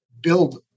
build